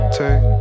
take